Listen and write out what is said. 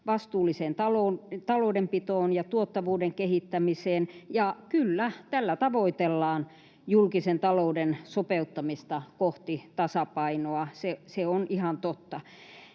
vastuulliseen taloudenpitoon ja tuottavuuden kehittämiseen. Ja kyllä, tällä tavoitellaan julkisen talouden sopeuttamista kohti tasapainoa, se on ihan totta.